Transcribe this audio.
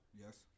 Yes